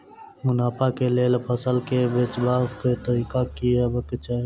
मुनाफा केँ लेल फसल केँ बेचबाक तरीका की हेबाक चाहि?